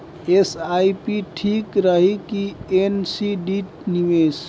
SIP ठीक रही कि एन.सी.डी निवेश?